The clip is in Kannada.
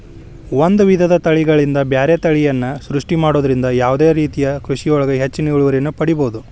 ಒಂದ್ ವಿಧದ ತಳಿಗಳಿಂದ ಬ್ಯಾರೆ ತಳಿಯನ್ನ ಸೃಷ್ಟಿ ಮಾಡೋದ್ರಿಂದ ಯಾವದೇ ರೇತಿಯ ಕೃಷಿಯೊಳಗ ಹೆಚ್ಚಿನ ಇಳುವರಿಯನ್ನ ಪಡೇಬೋದು